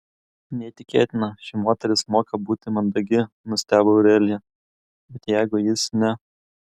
neįtikėtina ši moteris moka būti mandagi nustebo aurelija bet jeigu jis ne